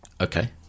Okay